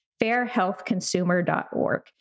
fairhealthconsumer.org